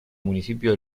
municipio